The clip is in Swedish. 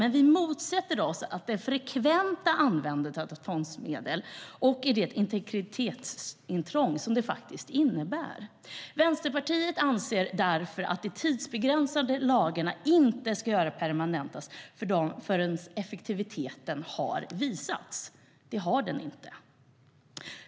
Men vi motsätter oss det frekventa användandet av tvångsmedel och det integritetsintrång det innebär. Vänsterpartiet anser därför att de tidsbegränsade lagarna inte ska göras permanenta förrän effektiviteten har visats, och det har den inte.